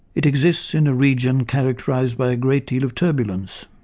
it exists in a region characterised by a great deal of turbulence.